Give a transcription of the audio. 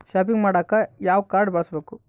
Shopping ಮಾಡಾಕ ಯಾವ card ಬಳಸಬೇಕು?